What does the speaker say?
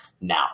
now